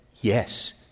yes